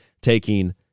taking